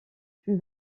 plus